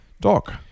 Doc